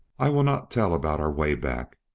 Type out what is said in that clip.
i will not tell about our way back.